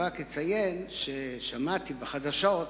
רק אציין ששמעתי בחדשות